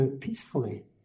peacefully